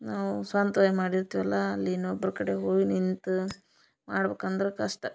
ನಾವು ಸ್ವಂತ್ವಾಗಿ ಮಾಡಿರ್ತಿವಲ್ಲ ಅಲ್ಲಿ ಇನ್ನೊಬ್ರ ಕಡೆ ಹೋಗಿ ನಿಂತ ಮಾಡ್ಬೇಕಂದ್ರ ಕಷ್ಟ